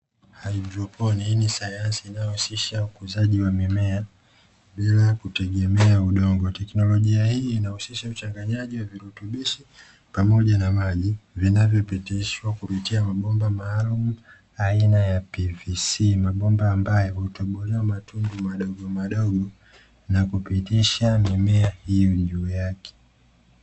Haidroponiki ini sayansi inayousishia ukuzaji wa mimea bila ya kutegemea udongo. Teknolojia hii inahusisha uchanganyaji wa virutubishi pamoja na maji vinavyopitishwa kupitia mabomba maalumu aina ya ''pvc'.' Mabomba ambayo hutobolewa matundu madogo madogo na kupitisha mimea hiyo juu yake.